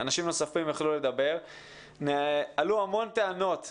עלו המון טענות למשרד.